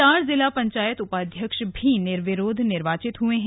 चार जिला पंचायत उपाध्यक्ष भी निर्विरोध निर्वाचित हुए हैं